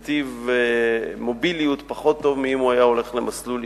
לנתיב מוביליות פחות טוב מאשר אם הוא היה הולך למסלול עיוני.